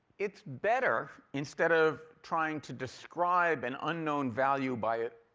it's better instead of trying to describe an unknown value by it